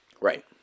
Right